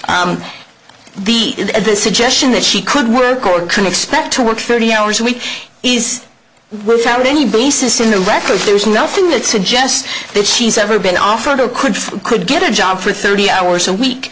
the suggestion that she could work or could expect to work thirty hours a week is without any basis in the records there's nothing that suggests that she's ever been offered or could could get a job for thirty hours a week